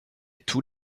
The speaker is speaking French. tous